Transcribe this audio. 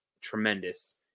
tremendous